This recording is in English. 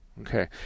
Okay